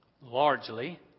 Largely